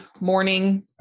morning